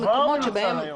הוא כבר מנוצל היום.